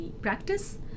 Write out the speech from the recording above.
practice